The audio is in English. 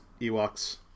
Ewoks